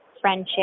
friendship